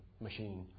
machine